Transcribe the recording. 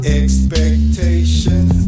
expectations